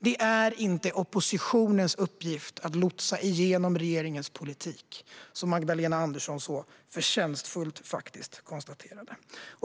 Det är inte oppositionens uppgift att lotsa igenom regeringens politik, som Magdalena Andersson så förtjänstfullt konstaterade.